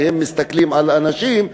שיסתכלו על אנשים,